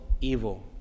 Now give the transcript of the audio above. evil